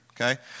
okay